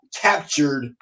captured